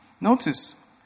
Notice